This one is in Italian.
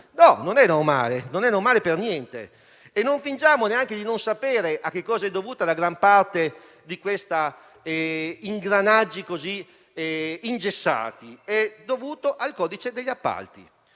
No, non è normale, non è normale per niente. E non fingiamo di non sapere a che cosa è dovuta la gran parte di questi ingranaggi così ingessati: è dovuta al codice degli appalti.